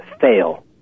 fail